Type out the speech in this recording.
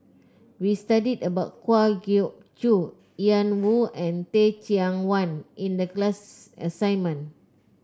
we studied about Kwa Geok Choo Yan Woo and Teh Cheang Wan in the class assignment